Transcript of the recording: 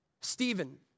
Stephen